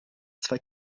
zwei